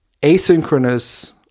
asynchronous